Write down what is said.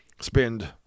spend